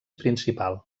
principal